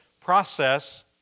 process